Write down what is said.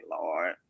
Lord